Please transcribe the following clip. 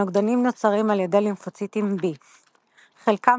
הנוגדנים נוצרים על ידי לימפוציטים B. חלקם